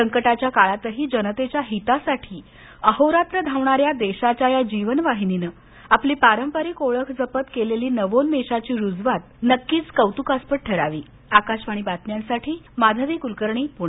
संकटाच्या काळातही जनतेच्या हितासाठी अहोरात्र धावणा या देशाच्या या जीवनवाहिनीनं आपली पारंपरिक ओळख जपत केलेली नवोन्मेशाची रुजवात नक्कीच कौतुकास्पद ठरावी आकाशवाणी बातम्यांसाठी माधवी कुलकर्णी पूणे